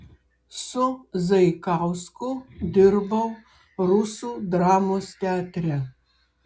su zaikausku dirbau rusų dramos teatre